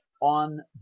on